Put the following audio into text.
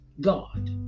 God